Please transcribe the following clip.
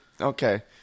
okay